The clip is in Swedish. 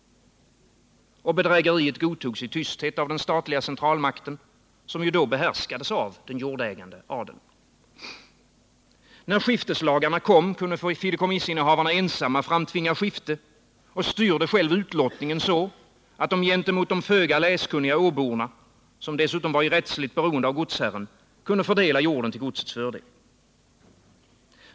Och bedrägeriet godtogs i tysthet av den statliga centralmakten, som då behärskades av den jordägande adeln. När skifteslagarna kom, kunde fideikommissinnehavarna ensamma framtvinga skifte och styrde själva utlottningen så att de gentemot de föga läskunniga åborna, som dessutom var i rättsligt beroende av godsherren, kunde fördela jorden till godsets fördel.